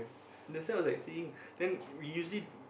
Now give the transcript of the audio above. that's like I was seeing then we usually